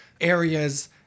areas